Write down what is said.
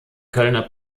kölner